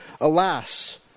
Alas